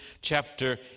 chapter